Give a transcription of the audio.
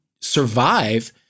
survive